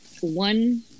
one